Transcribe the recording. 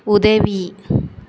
உதவி